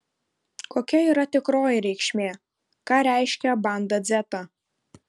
kokia yra tikroji reikšmė ką reiškia banda dzeta